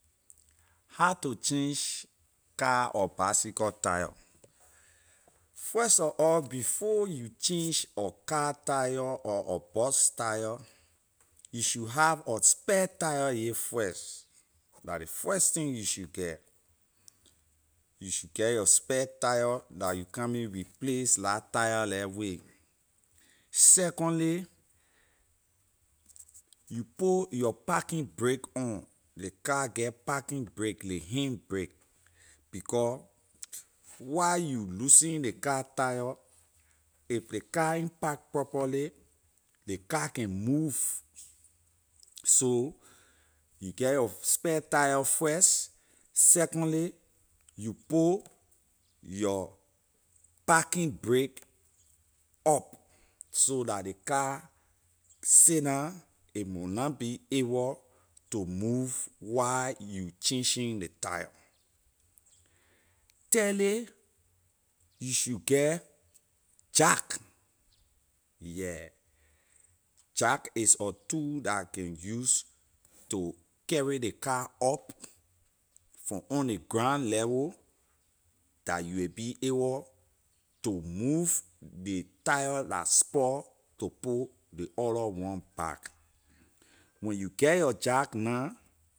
How to change car or bicycle tyre first of all before you change a car tyre or a bus tyre you should have a spare tyre yeh first la ley first thing you should get you should get your spare tyre la you coming replace la tyre leh with secondly you put your parking brake on ley car get parking brake ley hand brake becor while you loosening ley car tyre if ley car ain’t park properly ley car can move so you get your spare tyre first secondly you put your parking brake up so la ley car sit down a mon be awor to move while you changing ley tyre thirdly you should get jack yeah jack is a tool la can use to carry ley car up from on ley ground level dah you will be awor to move ley tyre la spoil to put ley other one back when you get your jack na